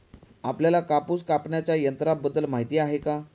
आपल्याला कापूस कापण्याच्या यंत्राबद्दल माहीती आहे का?